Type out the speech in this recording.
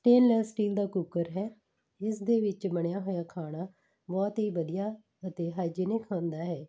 stainless steel ਦਾ cooker ਹੈ ਇਸਦੇ ਵਿੱਚ ਬਣਿਆ ਹੋਇਆ ਖਾਣਾ ਬਹੁਤ ਹੀ ਵਧੀਆ ਅਤੇ ਹਾਈਜੀਨਿਕ ਹੁੰਦਾ ਹੈ